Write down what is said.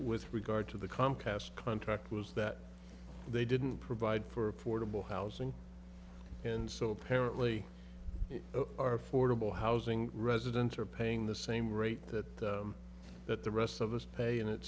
with regard to the comcast contract was that they didn't provide for affordable housing and so apparently our affordable housing residents are paying the same rate that that the rest of us pay and it